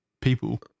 people